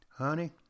Honey